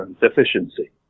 deficiency